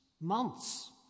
months